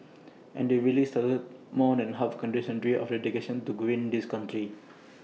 and really started more than half A century of dedication to greening this country